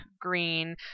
green